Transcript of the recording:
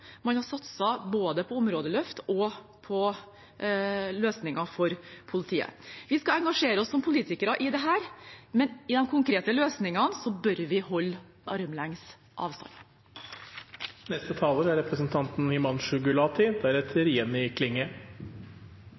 Man har satset både på områdeløft og på løsninger for politiet. Vi skal som politikere engasjere oss i dette, men når det gjelder de konkrete løsningene, bør vi holde armlengdes avstand.